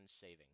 saving